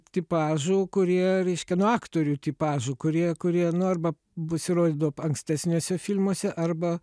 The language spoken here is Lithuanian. tipažų kurie reiškia nuo aktorių tipažų kurie kurie nu arba pasirodydavo ankstesniuose filmuose arba